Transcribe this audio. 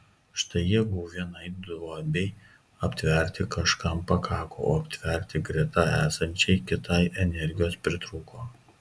štai jėgų vienai duobei aptverti kažkam pakako o aptverti greta esančiai kitai energijos pritrūko